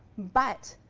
but